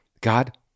God